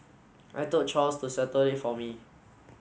I told Charles to settle it for me